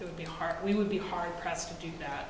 would be hard we would be hard pressed to do that